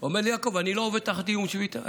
הוא אומר לי: יעקב, אני לא עובד תחת איום בשביתה.